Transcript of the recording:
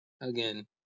again